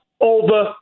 over